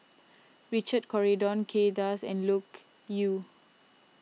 Richard Corridon Kay Das and Loke Yew